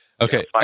okay